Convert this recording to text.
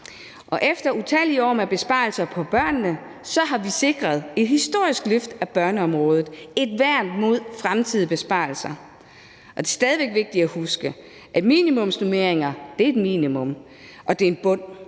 Og efter utallige år med besparelser i forhold til børnene har vi sikret et historisk løft af børneområdet, et værn mod fremtidige besvarelser. Det er stadig væk vigtigt at huske, at minimumsnormeringer er et minimum, og at det er en bund.